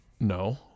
No